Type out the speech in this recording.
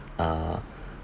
uh